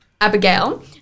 Abigail